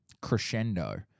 Crescendo